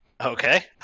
okay